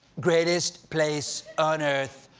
greatest place on earth!